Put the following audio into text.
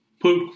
Put